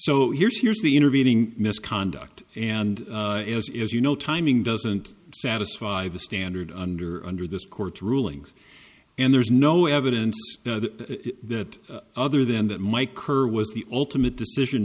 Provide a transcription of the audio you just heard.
so here's here's the intervening misconduct and as it is you know timing doesn't satisfy the standard under under this court's rulings and there's no evidence that other than that my current was the ultimate decision